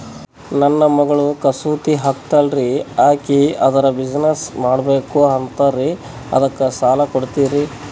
ನನ್ನ ಮಗಳು ಕಸೂತಿ ಹಾಕ್ತಾಲ್ರಿ, ಅಕಿ ಅದರ ಬಿಸಿನೆಸ್ ಮಾಡಬಕು ಅಂತರಿ ಅದಕ್ಕ ಸಾಲ ಕೊಡ್ತೀರ್ರಿ?